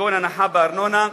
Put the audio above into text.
כגון הנחה בארנונה,